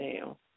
now